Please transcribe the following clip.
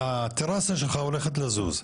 והטרסה שלך הולכת לזוז?